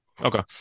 Okay